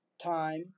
time